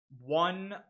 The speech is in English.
One